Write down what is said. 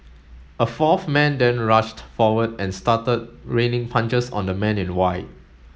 a fourth man then rushed forward and started raining punches on the man in white